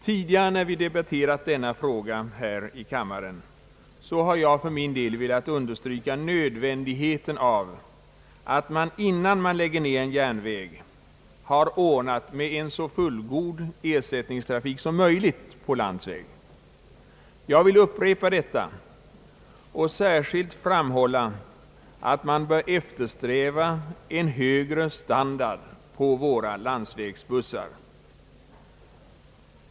Tidigare, när vi debatterat denna fråga här i kammaren, har jag för min del velat understryka nödvändigheten av att man, innan man lägger ner en järnväg, har ordnat en så fullgod ersättningstrafik som möjligt på landsväg. Jag vill upprepa detta och samtidigt särskilt framhålla att man bör eftersträva en högre standard på våra landsvägsbussar.